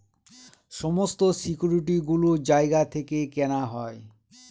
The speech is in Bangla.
সমস্ত সিকিউরিটি গুলো জায়গা থেকে কেনা হয়